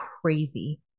crazy